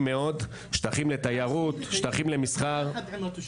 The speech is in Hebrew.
ראשית, תודה על העבודה הקשה.